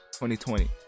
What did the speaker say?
2020